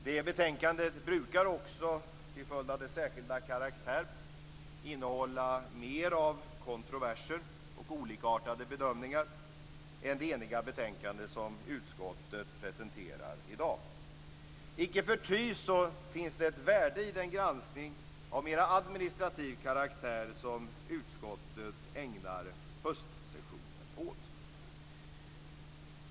Det betänkandet brukar också till följd av dess särskilda karaktär innehålla mer av kontroverser och olikartade bedömningar än det eniga betänkande som utskottet presenterar i dag. Icke förty finns det ett värde i den granskning av mer administrativ karaktär som utskottet ägnar höstsessionen åt.